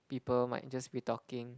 people might just be talking